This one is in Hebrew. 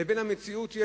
לבין המציאות,